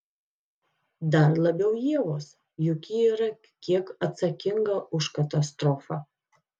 dar labiau ievos juk ji yra kiek atsakinga už katastrofą